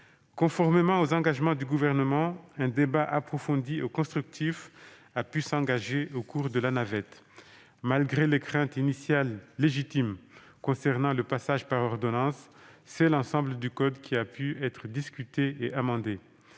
Conformément aux engagements du Gouvernement, un débat approfondi et constructif a pu s'engager au cours de la navette. Malgré les craintes initiales, et légitimes, liées au fait que la réforme se fasse par ordonnance, l'ensemble du code a pu être discuté et amendé.